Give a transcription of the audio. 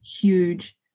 huge